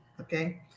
Okay